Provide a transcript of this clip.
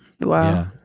Wow